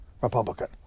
Republican